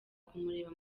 kumureba